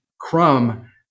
crumb